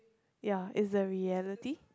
ya is the reality